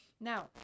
Now